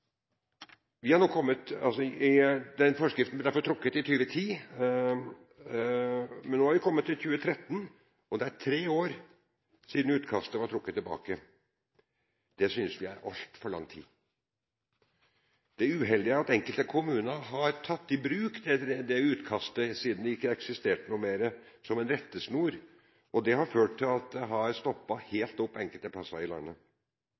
Men nå er vi kommet til 2013, og det er tre år siden utkastet ble trukket tilbake. Det synes vi er altfor lang tid. Det uheldige er at enkelte kommuner har tatt i bruk dette utkastet – siden det ikke eksisterte noe mer – som en rettesnor, og det har ført til at det har stoppet helt opp enkelte plasser i landet.